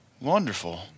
wonderful